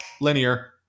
linear